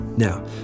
Now